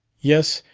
yes,